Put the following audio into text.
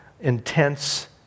intense